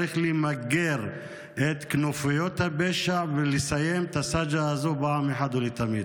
צריך למגר את כנופיות הפשע ולסיים את הסאגה הזו פעם אחת ולתמיד.